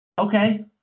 okay